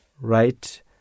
right